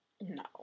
No